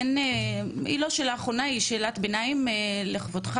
היא לא השאלה האחרונה היא שאלת ביניים לכבודך,